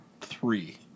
three